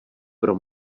pro